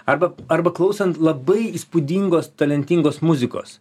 arba arba klausant labai įspūdingos talentingos muzikos